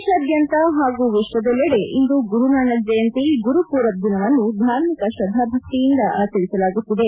ದೇಶಾದ್ಯಂತ ಹಾಗೂ ವಿಶ್ಲದೆಲ್ಲೆಡೆ ಇಂದು ಗುರುನಾನಕ್ ಜಯಂತಿ ಗುರುಪೂರಬ್ ದಿನವನ್ನು ಧಾರ್ಮಿಕ ಶ್ರದ್ದಾಭಕ್ತಿಯಿಂದ ಆಚರಿಸಲಾಗುತ್ತಿದೆ